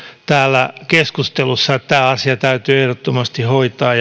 täällä keskustelussa että tämä asia täytyy ehdottomasti hoitaa